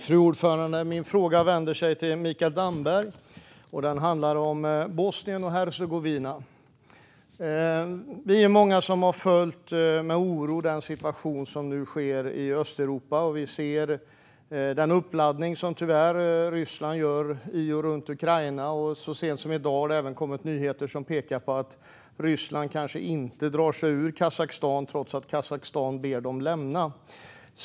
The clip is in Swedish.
Fru talman! Jag vänder mig till Mikael Damberg med min fråga, som handlar om Bosnien och Hercegovina. Vi är många som med oro har följt situationen som uppstått i Östeuropa. Vi ser tyvärr en uppladdning från Rysslands sida i och runt Ukraina. Så sent som i dag har det kommit nyheter som pekar på att Ryssland kanske inte drar sig ur Kazakstan, trots att Kazakstan har bett dem lämna landet.